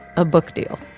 a book deal.